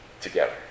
together